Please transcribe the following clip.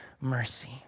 mercy